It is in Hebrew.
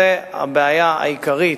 זו הבעיה העיקרית,